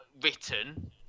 written